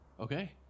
Okay